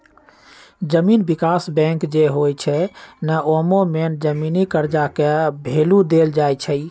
जमीन विकास बैंक जे होई छई न ओमे मेन जमीनी कर्जा के भैलु देल जाई छई